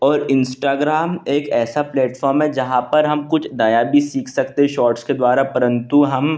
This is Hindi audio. और इंस्टागराम एक ऐसा प्लेटफौम है जहाँ पर हम कुछ नया भी सीख सकते हैं शौर्टस के द्वारा परंतु हम